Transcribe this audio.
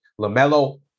LaMelo